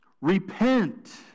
Repent